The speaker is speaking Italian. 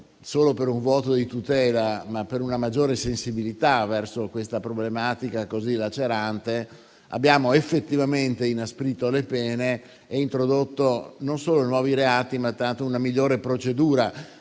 solo per un vuoto di tutela, ma per una maggiore sensibilità verso questa problematica così lacerante, abbiamo effettivamente inasprito le pene e introdotto non solo nuovi reati, ma concepito una migliore procedura,